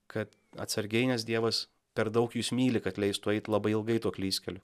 kad atsargiai nes dievas per daug jus myli kad leistų eit labai ilgai tuo klystkeliu